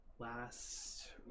last